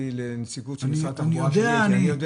לנציגות של משרד התחבורה --- אני יודע,